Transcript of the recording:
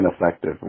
ineffective